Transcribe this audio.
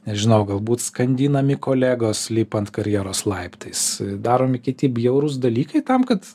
nežinau galbūt skandinami kolegos lipant karjeros laiptais daromi kiti bjaurūs dalykai tam kad tavo